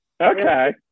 Okay